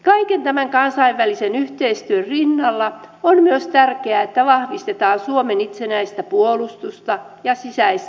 kaiken tämän kansainvälisen yhteistyön rinnalla on myös tärkeää että vahvistetaan suomen itsenäistä puolustusta ja sisäistä kriisinhallintaa